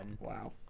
Wow